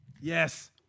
yes